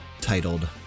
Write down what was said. titled